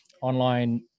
online